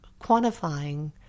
quantifying